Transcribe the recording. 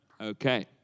Okay